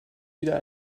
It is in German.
wieder